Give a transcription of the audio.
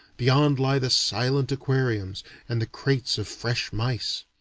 beyond lie the silent aquariums and the crates of fresh mice.